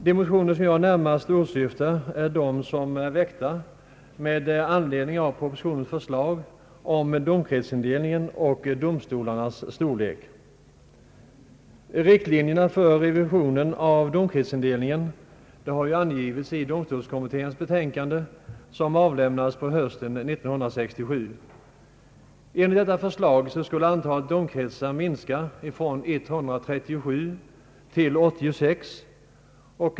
De motioner som jag närmast åsyftar är de motioner som är väckta med anledning av propositionens förslag om domkretsindelningen och domstolarnas storlek. Riktlinjerna för revisionen av domkretsindelningen har angivits i domkretskommitténs betänkande, som avlämnades på hösten 1967. Enligt detta förslag skulle antalet domkretsar minska från 137 till 86.